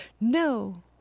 no